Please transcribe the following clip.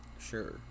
Sure